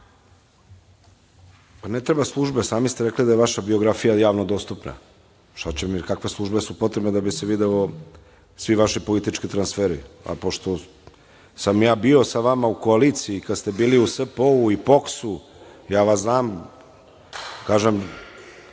treba službe, sami ste rekli da je vaša biografija javno dostupna. Kakve službe su potrebne da bi se videli svi vaši politički transferi. Pošto sam ja bio sa vama u koaliciji kada ste bili u SPO i POKS-u, ja vas znam. Kažem,